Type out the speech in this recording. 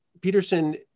Peterson